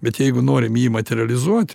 bet jeigu norim jį materializuot